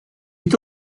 est